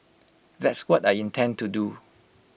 that's what I intend to do